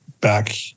back